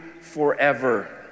forever